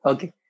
Okay